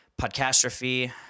Podcastrophe